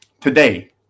Today